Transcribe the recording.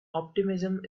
optimism